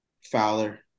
Fowler